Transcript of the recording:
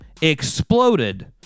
exploded